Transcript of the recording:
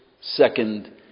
second